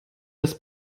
das